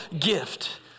gift